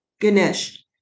Ganesh